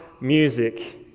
music